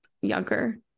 younger